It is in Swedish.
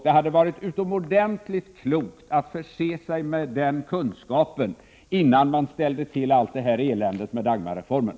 Det hade varit utomordentligt klokt att förse sig med den kunskapen innan man ställde till allt det här eländet med Dagmarreformen.